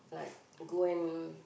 like go and